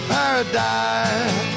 paradise